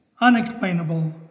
unexplainable